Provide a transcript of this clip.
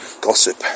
gossip